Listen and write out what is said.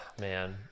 man